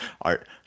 art